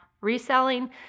reselling